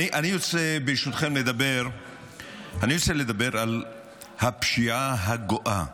ברשותכם, אני רוצה לדבר על הפשיעה הגואה,